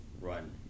run